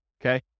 okay